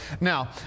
Now